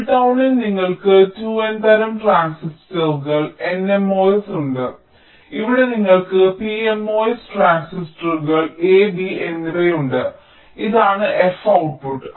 pull ടൌണിൽ നിങ്ങൾക്ക് 2 n തരം ട്രാൻസിസ്റ്ററുകൾ nMOS ഉണ്ട് ഇവിടെ നിങ്ങൾക്ക് pMOS ട്രാൻസിസ്റ്ററുകൾ a b എന്നിവയുണ്ട് ഇതാണ് f ഔട്ട്പുട്ട്